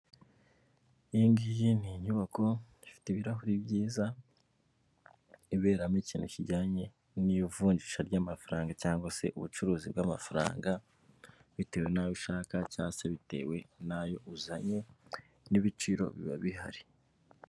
Iyingiyi ni inyubako ifite ibirahuri byiza iberamo ikintu kijyanye n'ivunjisha ry'amafaranga cyangwa se ubucuruzi bw'amafaranga, bitewe n'ayo ushaka cyangwa bitewe n'ayo uzanye n'ibiciro biba bihari.